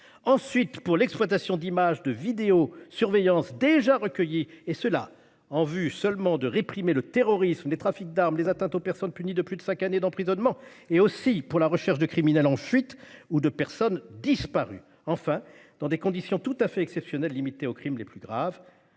Ensuite, pour l'exploitation d'images de vidéosurveillance déjà recueillies, et cela en vue de réprimer le terrorisme, les trafics d'armes et les atteintes aux personnes punies de plus de cinq années d'emprisonnement, ainsi que pour la recherche de criminels en fuite ou de personnes disparues. Par ailleurs, dans des conditions tout à fait exceptionnelles, limitées aux crimes les plus graves,